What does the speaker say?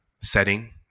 setting